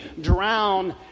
drown